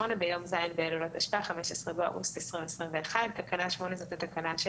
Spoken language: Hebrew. ביום ז' באלול התשפ"א (15 באוגוסט 2021). תקנה 8 זו התקנה של